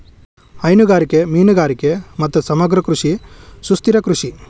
ಹೈನುಗಾರಿಕೆ, ಮೇನುಗಾರಿಗೆ ಮತ್ತು ಸಮಗ್ರ ಕೃಷಿ ಸುಸ್ಥಿರ ಕೃಷಿ